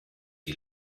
die